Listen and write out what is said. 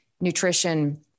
nutrition